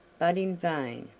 but in vain.